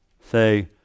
say